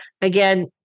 again